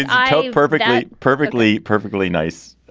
i hope. perfect i'm perfectly, perfectly nice,